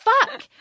Fuck